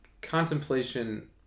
Contemplation